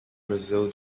brazil